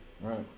Right